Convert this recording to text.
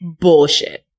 bullshit